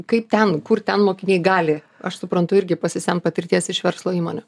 kaip ten kur ten mokiniai gali aš suprantu irgi pasisemt patirties iš verslo įmonių